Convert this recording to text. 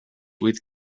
with